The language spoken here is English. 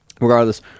Regardless